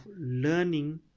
learning